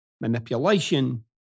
manipulation